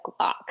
Glock